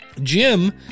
Jim